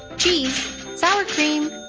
cheese sour cream,